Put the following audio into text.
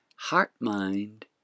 Heart-mind